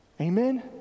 Amen